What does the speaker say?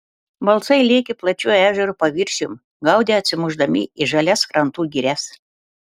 balsai lėkė plačiu ežero paviršium gaudė atsimušdami į žalias krantų girias